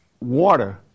water